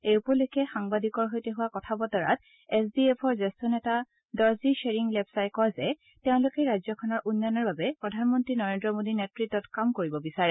এই উপলক্ষে সাংবাদিকৰ সৈতে হোৱা কথা বতৰাত এছ ডি এফৰ জ্যেষ্ঠ নেতা দৰ্জি গ্বেৰিং লেপছাই কয় যে তেওঁলোকে ৰাজ্যখনৰ উন্নয়নৰ বাবে প্ৰধানমন্ত্ৰী নৰেন্দ্ৰ মোডীৰ নেতৃত্ত কাম কৰিব বিচাৰে